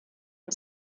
que